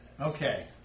Okay